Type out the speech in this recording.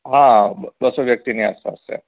હા બસો વ્યક્તિની આસપાસ છે